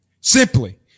simply